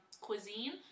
cuisine